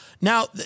Now